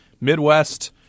midwest